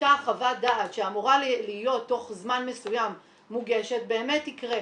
אותה חוות דעת שאמורה להיות מוגשת תוך זמן מסוים באמת יקרה.